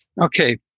Okay